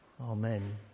Amen